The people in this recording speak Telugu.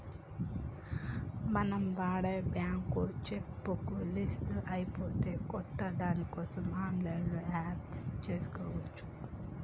మనం వాడే బ్యేంకు చెక్కు బుక్కు లీఫ్స్ అయిపోతే కొత్త దానికోసం ఆన్లైన్లో అప్లై చేసుకోవచ్చు